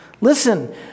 Listen